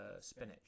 spinach